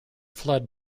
flood